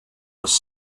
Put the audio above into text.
was